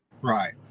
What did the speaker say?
right